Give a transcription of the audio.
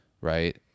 right